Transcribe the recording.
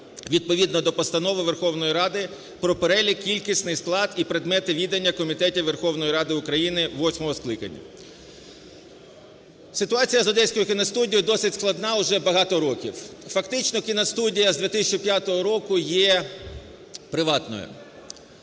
відповідно до Постанови Верховної Ради "Про перелік, кількісний склад і предмети відання комітетів Верховної Ради України восьмого скликання". Ситуація з Одеською кіностудією досить складна уже багато років. Фактично кіностудія з 2005 року є приватною.